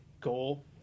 goal